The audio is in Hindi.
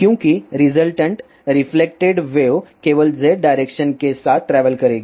क्योंकि रिजल्टेंट रेफ्लेक्टेड वेव केवल z डायरेक्शन के साथ ट्रेवल करेंगी